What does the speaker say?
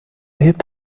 hip